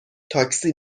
تاکسی